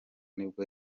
nibwo